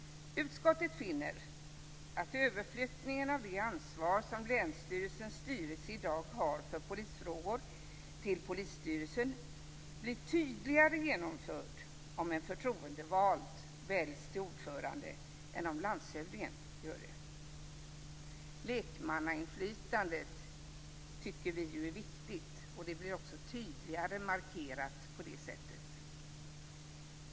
Utskottet finner att överflyttningen av det ansvar som länsstyrelsens styrelse i dag har för polisfrågor till polisstyrelsen blir tydligare genomfört om en förtroendevald person väljs till ordförande än om landshövdingen väljs. Vi tycker ju att lekmannainflytandet är viktigt, och det blir också tydligare markerat på det sättet.